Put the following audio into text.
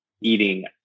eating